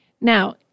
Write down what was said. Now